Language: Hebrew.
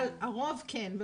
אבל הרוב כן.